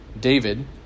David